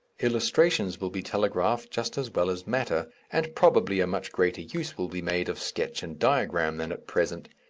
illustrations will be telegraphed just as well as matter, and probably a much greater use will be made of sketch and diagram than at present.